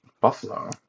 Buffalo